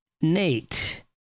Nate